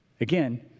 Again